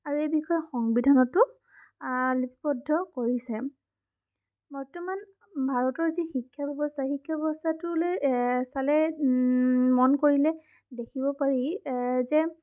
আৰু এই বিষয়ে সংবিধানতো লিপিবদ্ধ কৰিছে বৰ্তমান ভাৰতৰ যি শিক্ষা ব্যৱস্থা শিক্ষা ব্যৱস্থাটোলৈ চালে মন কৰিলে দেখিব পাৰি যে